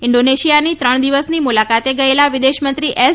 ઈન્ડોનેશિયાની ત્રણ દિવસની મુલાકાતે ગયેલા વિદેશમંત્રી એસ